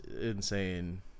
insane